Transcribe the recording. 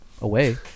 away